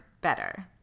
better